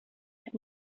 had